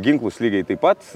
ginklus lygiai taip pat